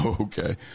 Okay